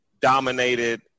dominated